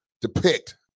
Depict